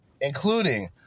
including